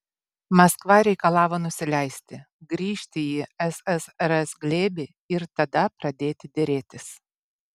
maskva reikalavo nusileisti grįžti į ssrs glėbį ir tada pradėti derėtis